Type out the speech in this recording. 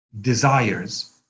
desires